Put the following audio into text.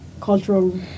cultural